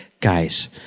guys